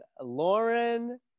Lauren